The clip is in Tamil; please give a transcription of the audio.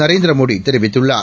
நரேந்திரமோடிதெரிவித்துள்ளார்